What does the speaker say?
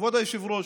כבוד היושב-ראש,